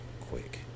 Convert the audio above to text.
quick